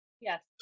Yes